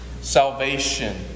salvation